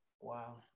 wow